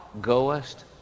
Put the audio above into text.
goest